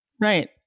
Right